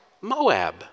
Moab